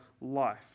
life